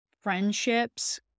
friendships